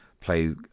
play